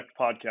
podcast